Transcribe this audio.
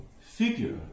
figure